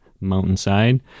mountainside